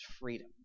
freedom